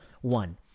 One